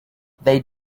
they